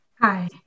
Hi